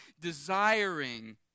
desiring